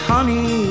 Honey